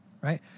Right